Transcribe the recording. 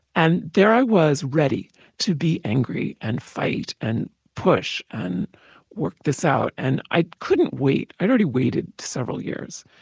and there i was ready to be angry and fight and push and work this out, and i couldn't wait. i had already waited several years,